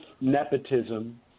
nepotism